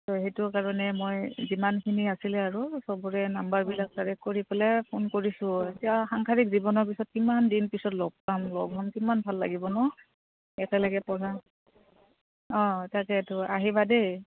ত' সেইটো কাৰণে মই যিমানখিনি আছিলে আৰু সবৰে নাম্বাৰবিলাক কালেক্ট কৰি পেলাই ফোন কৰিছোঁ এতিয়া সাংসাৰিক জীৱনৰ পিছত কিমান দিন পিছত লগ পাম লগ হম কিমান ভাল লাগিব ন একেলগে পঢ়া অঁ তাকেতো আহিবা দেই